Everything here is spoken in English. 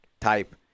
type